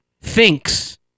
thinks